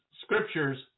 scriptures